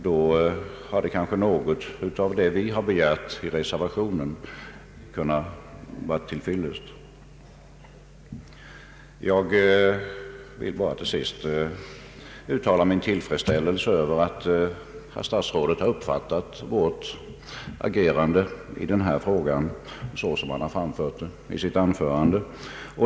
Då hade kanske något av vad vi begärt i reservationen kunnat anses uppfyllt. Till sist vill jag uttala min tillfredsställelse över att statsrådet uppfattat vårt agerande i denna fråga på det sätt som han säger i sitt anförande.